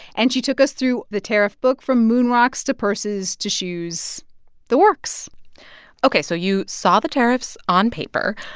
and she took us through the tariff book from moon rocks to purses to shoes the works ok. so you saw the tariffs on paper,